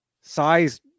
size